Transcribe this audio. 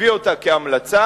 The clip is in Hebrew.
הביא אותה כהמלצה,